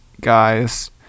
guys